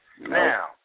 Now